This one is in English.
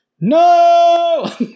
No